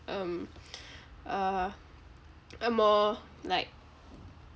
um a a more like